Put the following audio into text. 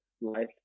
life